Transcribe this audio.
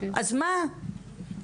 אז מה.